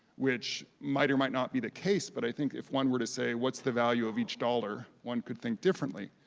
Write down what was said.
which might or might not be the case, but i think if one were to say, what's the value of each dollar, one could think differently.